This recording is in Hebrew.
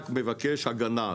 רק מבקש הגנה.